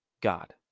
God